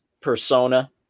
persona